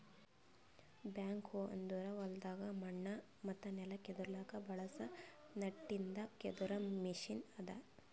back ಹೋ ಅಂದುರ್ ಹೊಲ್ದಾಗ್ ಮಣ್ಣ ಮತ್ತ ನೆಲ ಕೆದುರ್ಲುಕ್ ಬಳಸ ನಟ್ಟಿಂದ್ ಕೆದರ್ ಮೆಷಿನ್ ಅದಾ